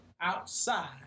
outside